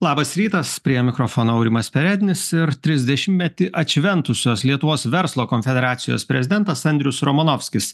labas rytas prie mikrofono aurimas perednis ir trisdešimtmetį atšventusios lietuvos verslo konfederacijos prezidentas andrius romanovskis